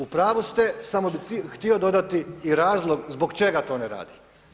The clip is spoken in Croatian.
U pravo ste samo bih htio dodati i razlog zbog čega to ne radi.